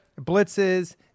Blitzes